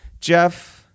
Jeff